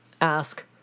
ask